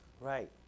Right